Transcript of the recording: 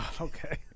Okay